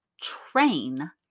train